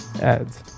ads